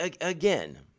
again